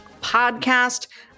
podcast